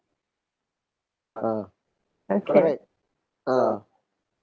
ah okay alright ah